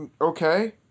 Okay